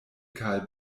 karl